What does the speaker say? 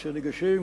כשניגשים,